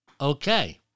Okay